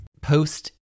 Post